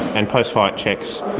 and post-fight checks,